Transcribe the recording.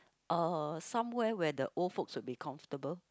uh somewhere where the old folks would be comfortable